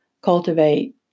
cultivate